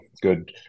Good